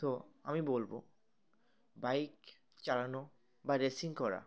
তো আমি বলব বাইক চালানো বা রেসিং করা